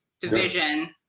division